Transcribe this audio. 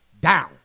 down